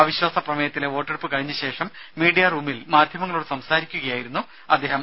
അവിശ്വാസ പ്രമേയത്തിലെ വോട്ടെടുപ്പ് കഴിഞ്ഞ ശേഷം മീഡിയറൂമിൽ മാധ്യമങ്ങളോട് സംസാരിക്കുകയായിരുന്നു അദ്ദേഹം